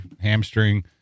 hamstring